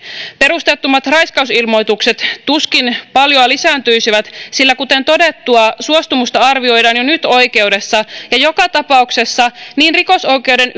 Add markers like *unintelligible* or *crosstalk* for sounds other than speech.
perusteettomat raiskausilmoitukset tuskin paljon lisääntyisivät sillä kuten todettua suostumusta arvioidaan jo nyt oikeudessa ja joka tapauksessa niin rikosoikeuden *unintelligible*